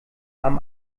haben